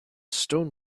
stone